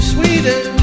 Sweden